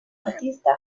artista